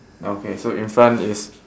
okay so in front is